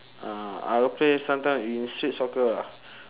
uh I will play sometime in street soccer lah